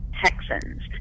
Texans